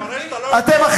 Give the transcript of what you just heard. אתם חברתיים?